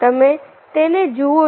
તમે તેને જુઓ